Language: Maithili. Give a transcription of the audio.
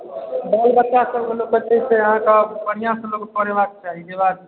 बाल बच्चा सभकेँ लोक की कहै छै अहाँकेँ बढ़िआँसँ लोककेँ पढ़ेबाक चाही जे बात छै